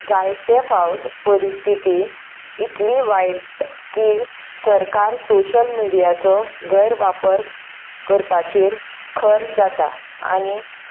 जायते फावट परिस्थिती इतली वायट की सरकार सोशियल मिडियाचो गैरवापर करपाचेर खर जाता आनी